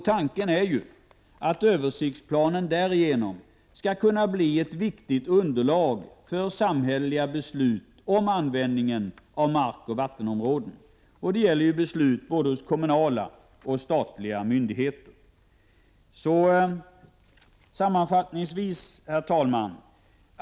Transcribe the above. Tanken är att översiktsplanen därigenom skall kunna bli ett viktigt underlag för samhälleliga beslut om användningen av markoch vattenområden. Det gäller beslut i både kommunala och statliga myndigheter. Herr talman! Sammanfattningsvis vill jag säga följande.